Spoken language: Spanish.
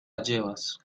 llevas